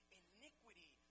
iniquity